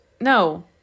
No